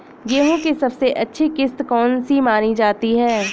गेहूँ की सबसे अच्छी किश्त कौन सी मानी जाती है?